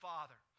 Father